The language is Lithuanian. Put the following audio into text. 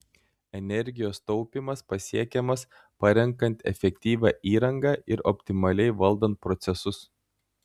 energijos taupymas pasiekiamas parenkant efektyvią įrangą ir optimaliai valdant procesus